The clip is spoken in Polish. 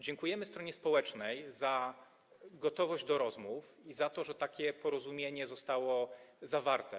Dziękujemy stronie społecznej za gotowość do rozmów i za to, że takie porozumienie zostało zawarte.